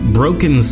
broken